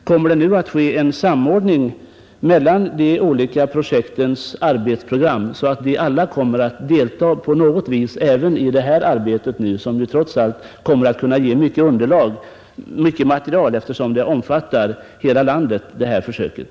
Blir det nu en samordning mellan de olika projektens arbetsprogram, så att samtliga kommer att delta på något vis i denna försöksverksamhet, som ju kommer att ge mycket information, genom att försöket omfattar hela landet?